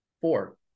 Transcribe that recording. Four